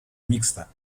mixta